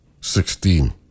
sixteen